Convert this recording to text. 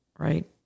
right